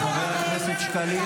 חבר הכנסת שקלים,